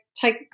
take